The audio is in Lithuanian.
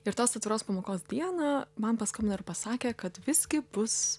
ir tos atviros pamokos dieną man paskambino ir pasakė kad visgi bus